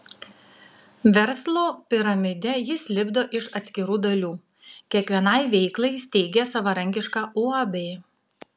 verslo piramidę jis lipdo iš atskirų dalių kiekvienai veiklai steigia savarankišką uab